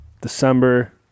December